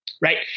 right